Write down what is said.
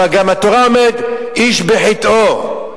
אבל התורה גם אומרת "איש בחטאו".